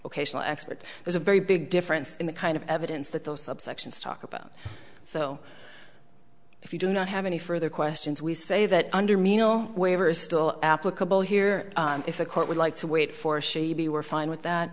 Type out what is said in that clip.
occasional experts there's a very big difference in the kind of evidence that those subsections talk about so if you do not have any further questions we say that under me no waiver is still applicable here if a court would like to wait for she be we're fine with that